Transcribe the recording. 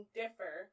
differ